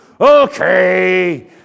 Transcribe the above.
okay